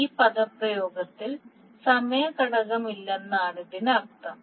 ഈ പദപ്രയോഗത്തിൽ സമയ ഘടകമില്ലെന്നാണ് ഇതിനർത്ഥം